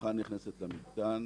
המשפחה נכנסת למתקן